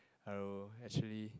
I will actually